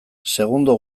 segundo